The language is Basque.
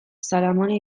salamone